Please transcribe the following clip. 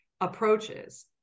approaches